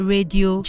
Radio